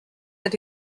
that